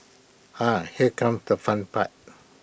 ah here comes the fun part